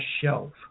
shelf